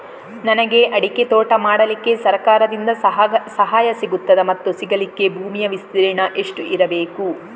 ನನಗೆ ಅಡಿಕೆ ತೋಟ ಮಾಡಲಿಕ್ಕೆ ಸರಕಾರದಿಂದ ಸಹಾಯ ಸಿಗುತ್ತದಾ ಮತ್ತು ಸಿಗಲಿಕ್ಕೆ ಭೂಮಿಯ ವಿಸ್ತೀರ್ಣ ಎಷ್ಟು ಇರಬೇಕು?